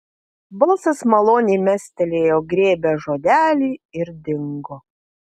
balsas maloniai mestelėjo grėbią žodelį ir dingo